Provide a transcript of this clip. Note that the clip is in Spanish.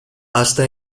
hasta